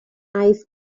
ice